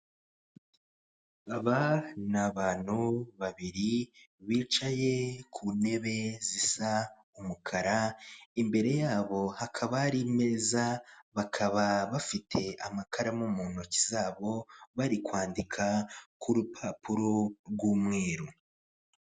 Aba ni abantu babiri bicaye ku ntebe zisa umukara imbere yabo hakaba hari imeza bakaba bafite amakaramu mu ntoki zabo bari kwandika ku rupapuro rw'umweru.